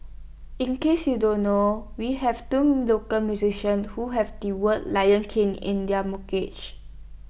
in case you don't know we have two local musicians who have the words lion king in their mortgage